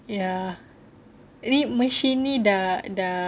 anyway machine ini dah dah